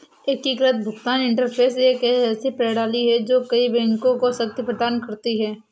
एकीकृत भुगतान इंटरफ़ेस एक ऐसी प्रणाली है जो कई बैंकों को शक्ति प्रदान करती है